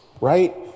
right